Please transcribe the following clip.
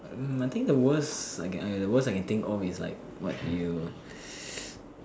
like I think the worst like I the worst I can think of is like what you